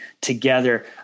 together